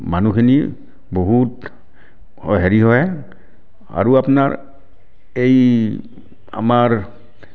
মানুহখিনি বহুত হেৰি হয় আৰু আপোনাৰ এই আমাৰ